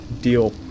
deal